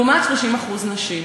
לעומת 30% נשים.